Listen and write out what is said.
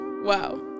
Wow